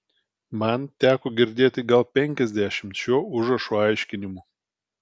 man teko girdėti gal penkiasdešimt šio užrašo aiškinimų